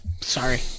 Sorry